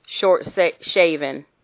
short-shaven